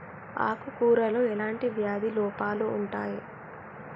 ఆకు కూరలో ఎలాంటి వ్యాధి లోపాలు ఉంటాయి?